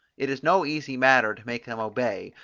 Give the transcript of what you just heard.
it is no easy matter to make him obey,